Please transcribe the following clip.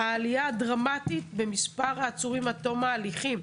העלייה הדרמטית במספר העצורים עד תום ההליכים.